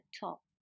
top